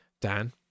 dan